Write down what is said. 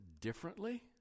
differently